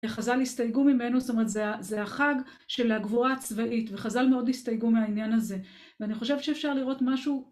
חז״ל הסתייגו ממנו, זאת אומרת זה החג של הגבורה הצבאית, וחז״ל מאוד הסתייגו מהעניין הזה, ואני חושבת שאפשר לראות משהו